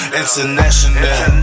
international